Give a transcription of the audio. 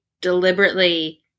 deliberately